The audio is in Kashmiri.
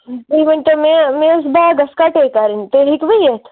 تُہۍ ؤنۍ تو مےٚ مےٚ ٲسۍ باغَس کَٹٲے کَرٕنۍ تُہۍ ہیٚکوٕ یِتھ